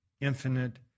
infinite